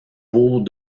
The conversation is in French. bourg